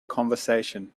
conversation